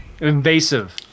invasive